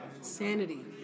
Sanity